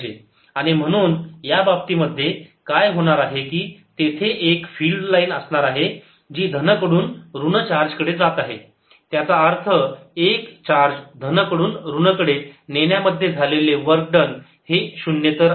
आणि म्हणून या बाबतीमध्ये काय होणार आहे कि तेथे एक फिल्ड लाईन असणार आहे जी धन कडून ऋण चार्ज कडे जात आहे त्याचा अर्थ एक चार्ज धन कडून ऋण कडे नेन्यामध्ये झालेले वर्क डन हे शून्येतर आहे